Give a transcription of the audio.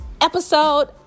episode